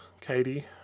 Katie